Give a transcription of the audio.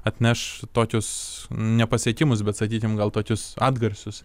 atneš tokius nepasiekiamus bet sakykim gal tokius atgarsius